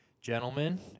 Gentlemen